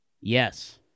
Yes